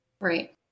Right